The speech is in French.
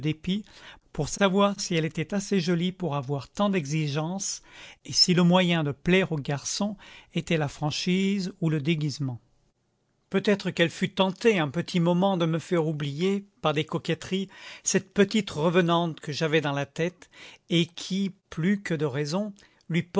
pour savoir si elle était assez jolie pour avoir tant d'exigences et si le moyen de plaire aux garçons était la franchise ou le déguisement peut-être qu'elle fut tentée un petit moment de me faire oublier par des coquetteries cette petite revenante que j'avais dans la tête et qui plus que de raison